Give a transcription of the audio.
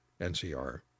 NCR